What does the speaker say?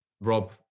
Rob